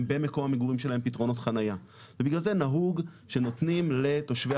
במקום המגורים שלהם פתרונות חניה ובגלל זה נהוג שנותנים לתושבי